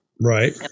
right